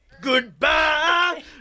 Goodbye